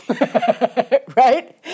right